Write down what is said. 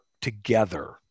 together